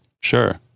sure